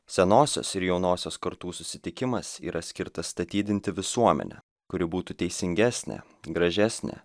senosios ir jaunosios kartų susitikimas yra skirtas statydinti visuomenę kuri būtų teisingesnė gražesnė